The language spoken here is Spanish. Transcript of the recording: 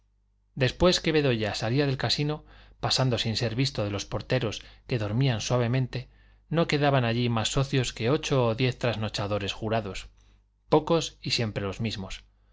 después que bedoya salía del casino pasando sin ser visto de los porteros que dormían suavemente no quedaban allí más socios que ocho o diez trasnochadores jurados pocos y siempre los mismos